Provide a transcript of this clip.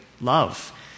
love